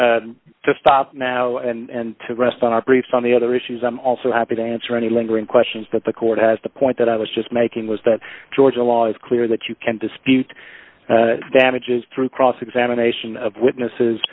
stop now and to rest on our briefs on the other issues i'm also happy to answer any lingering questions that the court has the point that i was just making was that georgia law is clear that you can't dispute damages through cross examination of witnesses